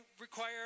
require